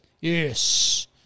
Yes